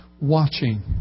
watching